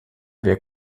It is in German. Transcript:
wir